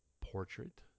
portrait